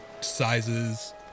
sizes